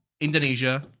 Indonesia